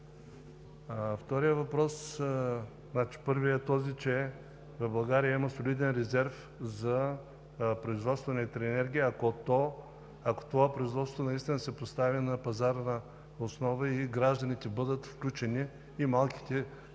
Първият въпрос е, че в България има солиден резерв за производство на електроенергия, ако това производство наистина се постави на пазарна основа и гражданите бъдат включени, и